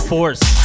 Force